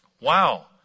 wow